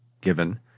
given